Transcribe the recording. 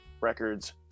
records